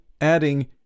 adding